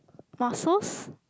muscles